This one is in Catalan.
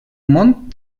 món